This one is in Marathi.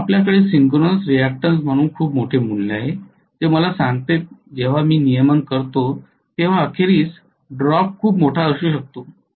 म्हणून आपल्याकडे सिंक्रोनस रिअक्टन्स म्हणून खूप मोठे मूल्य आहे जे मला सांगते जेव्हा मी नियमन करतो तेव्हा अखेरीस ड्रॉप खूप मोठा असू शकतो